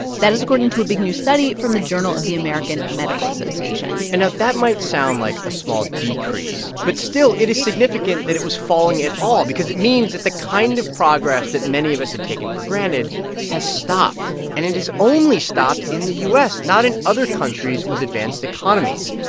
that is according to a big new study from the journal of the american medical association and that might sound like a small decrease, but still, it is significant that it was falling at all because it means that the kind of progress that many of us had taken for granted has stopped. and it has only stopped in the u s, not in other countries with advanced economies.